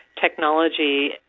technology